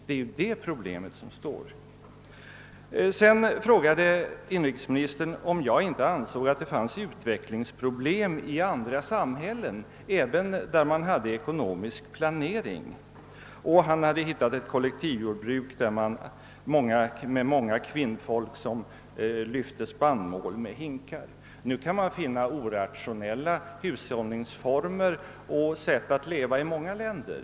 Det är ju detta som är problemet. Inrikesministern frågade vidare om jag inte ansåg att det finns utvecklingsproblem i andra samhällen, även i sådana med ekonomisk planering. Han hade hittat ett kollektivjordbruk med många kvinnfolk som lyfte spannmål med hinkar. Nu kan man finna orationella hushållningsformer och levnadssätt i många länder.